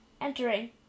Entering